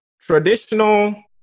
traditional